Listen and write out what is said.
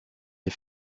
les